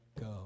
go